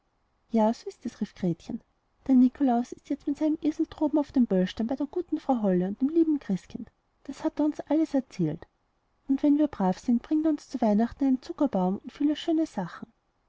ja so ist es rief gretchen der nikolaus ist jetzt mit seinem esel droben auf dem böllstein bei der guten frau holle und dem lieben christkind das hat er uns alles erzählt und wenn wir brav sind bringt er uns zu weihnachten einen zuckerbaum und viele schöne sachen